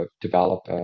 develop